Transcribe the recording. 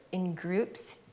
in groups,